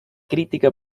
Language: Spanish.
crítica